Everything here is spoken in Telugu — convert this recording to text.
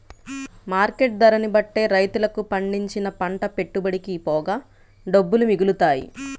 మార్కెట్ ధరని బట్టే రైతులకు పండించిన పంట పెట్టుబడికి పోగా డబ్బులు మిగులుతాయి